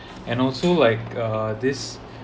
and also like uh this